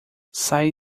sai